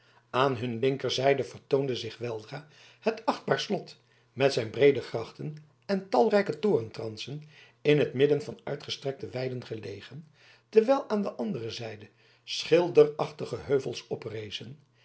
aan hun linkerzijde vertoonde zich weldra het achtbaar slot met zijn breede grachten en talrijke torentransen in t midden van uitgestrekte weiden gelegen terwijl aan de andere zijde schilderachtige heuvels oprezen